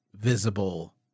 visible